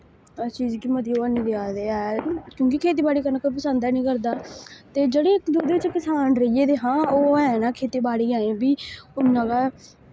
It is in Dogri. इस चीज गी मती ओह् हैनी दिआ दे ऐ क्यूंकि खेती बाड़ी करना कोई पसंद हैनी करदा ते जेह्ड़े किसान रेहि गेदे हां ओह् हैन खेती बाड़ी अजें वी उ'न्ना गै